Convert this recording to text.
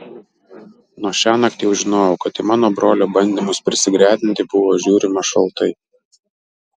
nuo šiąnakt jau žinojau kad į mano brolio bandymus prisigretinti buvo žiūrima šaltai